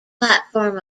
platform